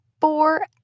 four